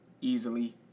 easily